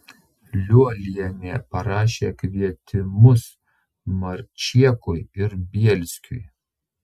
liuolienė parašė kvietimus mačiekui ir bielskui